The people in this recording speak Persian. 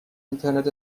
اینترنت